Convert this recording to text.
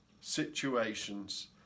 situations